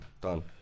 done